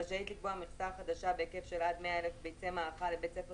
רשאית לקבוע מכסה חדשה בהיקף של עד 100,000 ביצי מאכל לבית ספר